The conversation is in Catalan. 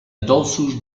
dolços